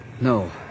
No